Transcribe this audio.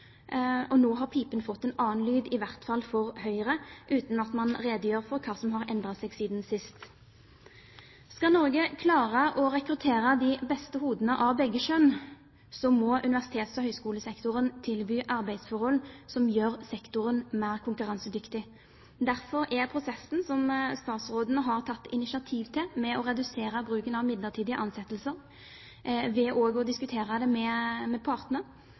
Nå har pipen fått en annen lyd, i hvert fall for Høyre, uten at man redegjør for hva som har endret seg siden sist. Skal Norge klare å rekruttere de beste hodene av begge kjønn, må universitets- og høyskolesektoren tilby arbeidsforhold som gjør sektoren mer konkurransedyktig. Derfor er prosessen med å redusere bruken av midlertidige ansettelser som statsråden har tatt initiativ til, ved også å diskutere det med partene, veldig bra, både for sektoren generelt og